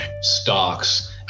stocks